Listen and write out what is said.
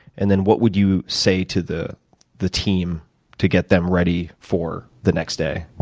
and then what would you say to the the team to get them ready for the next day?